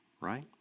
right